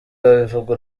babivuga